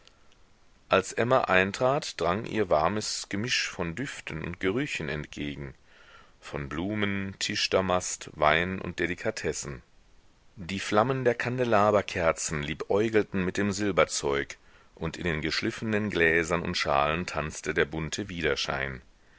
als emma eintrat drang ihr ein warmes gemisch von düften und gerüchen entgegen von blumen tischdamast wein und delikatessen die flammen der kandelaberkerzen liebäugelten mit dem silberzeug und in den geschliffenen gläsern und schalen tanzte der bunte widerschein